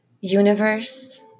Universe